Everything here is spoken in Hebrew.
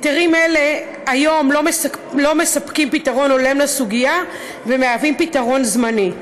היתרים אלה היום לא מספקים פתרון הולם לסוגיה והם פתרון זמני.